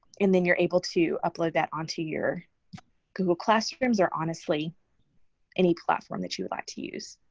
and then you're able to upload that onto your google classrooms or honestly any platform that you would like to use.